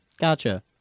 Gotcha